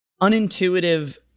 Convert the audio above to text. unintuitive